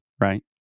right